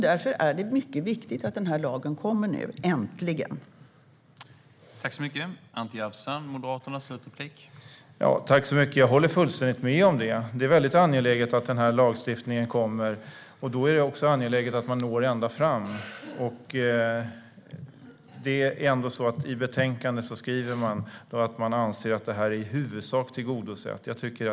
Därför är det mycket viktigt att den här lagen nu äntligen kommer.